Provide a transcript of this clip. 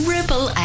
Ripple